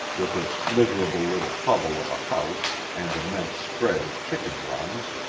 with its miserable little hovel of a house and immense spread of chicken-runs,